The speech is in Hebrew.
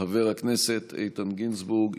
חבר הכנסת איתן גינזבורג,